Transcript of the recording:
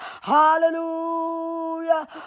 Hallelujah